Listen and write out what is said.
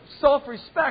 self-respect